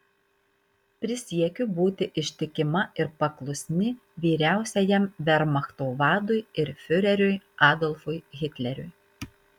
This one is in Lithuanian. prisiekiu būti ištikima ir paklusni vyriausiajam vermachto vadui ir fiureriui adolfui hitleriui